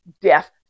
death